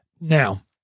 Now